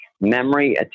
memory